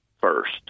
first